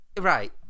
right